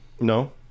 No